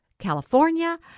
California